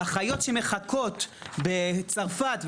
האחיות שמחכות בצרפת,